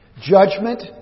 judgment